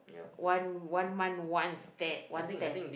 one one month once test one test